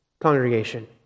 congregation